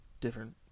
Different